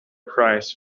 price